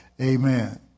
Amen